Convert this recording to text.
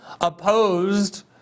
opposed